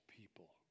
people